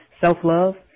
Self-Love